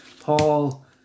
Paul